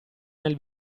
nel